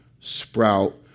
sprout